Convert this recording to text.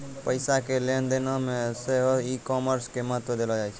पैसा के लेन देनो मे सेहो ई कामर्स के महत्त्व देलो जाय छै